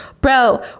Bro